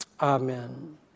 Amen